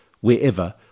wherever